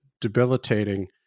debilitating